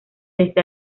desde